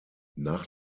nach